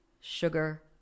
sugar